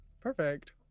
Perfect